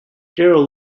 darrell